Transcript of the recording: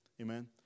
amen